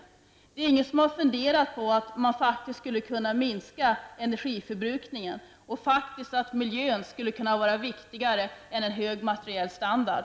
Är det ingen här som har funderat på att man faktiskt skulle kunna minska energiförbrukningen och att miljön faktiskt skulle kunna vara viktigare än hög materiell standard?